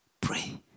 Pray